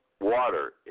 water